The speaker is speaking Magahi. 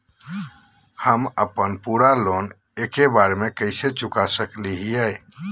हम अपन पूरा लोन एके बार में कैसे चुका सकई हियई?